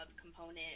component